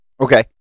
Okay